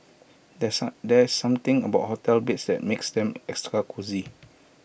there's some there's something about hotel beds that makes them extra cosy